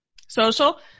Social